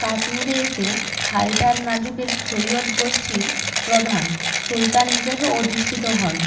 কাশ্মীরে এসে হায়দার নাজুকের সৈয়দ গোষ্ঠীর প্রধান সুলতান হিসেবে অধিষ্ঠিত হন